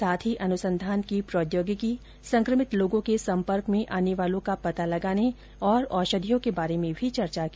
साथ ही अनुसंधान की प्रौद्योगिकी संक्रमित लोगों के संपर्क में आने वालों का पता लगाने और औषधियों के बारे में भी चर्चा की